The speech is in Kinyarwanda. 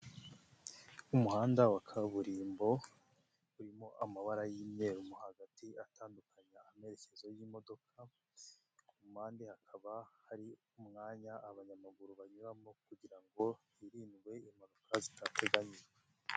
umuhanda wa kaburimbo urimo amabara y'imye mo hagati atandukanya amerekezo yimodoka, ku mpande hakaba hari umwanya abanyamaguru banyuramo, kugira hirindwe impanuka zitateganyijwe.